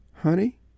honey